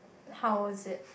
how is it